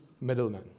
middlemen